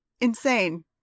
insane